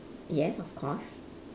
yes of course